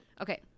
okay